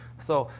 so,